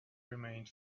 remained